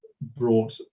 brought